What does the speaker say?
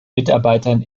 mitarbeitern